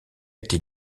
été